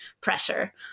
pressure